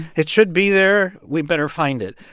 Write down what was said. it should be there. we better find it.